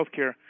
healthcare